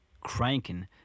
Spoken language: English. cranking